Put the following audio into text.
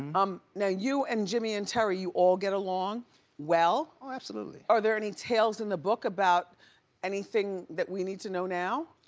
um now, you and jimmy and terry, you all get along well? oh, absolutely. are there any tails in the book about anything that we need to know now,